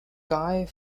guy